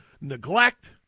neglect